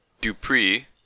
Dupree